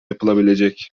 yapılabilecek